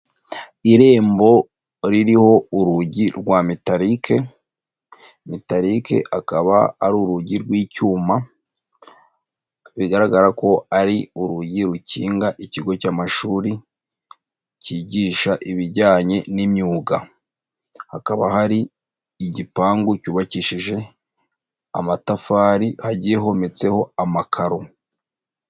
Irembo ririho urugi rwa metarike, mitarike akaba ari urugi rw'icyuma, bigaragara ko ari urugi rukinga ikigo cy'amashuri kigisha ibijyanye n'imyuga, hakaba hari igipangu cyubakishije amatafari agihometseho amakaro.